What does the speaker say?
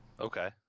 Okay